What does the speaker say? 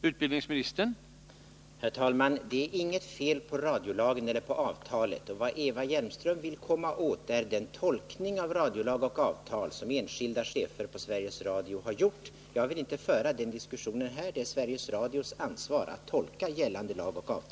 Herr talman! Det är inget fel på radiolagen eller avtalen. Vad Eva Hjelmström vill komma åt är den tolkning av radiolagen och avtalen som enskilda chefer på Sveriges Radio har gjort. Jag vill inte föra den diskussionen här — det är Sveriges Radios ansvar att tolka gällande lagar och